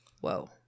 Whoa